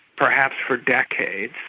perhaps for decades,